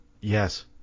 yes